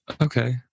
Okay